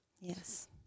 Yes